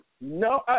No